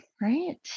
Right